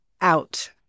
out